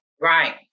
Right